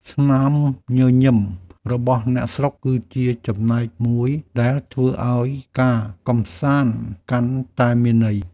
ស្នាមញញឹមរបស់អ្នកស្រុក គឺជាចំណែកមួយដែលធ្វើឱ្យការកម្សាន្តកាន់តែមានន័យ។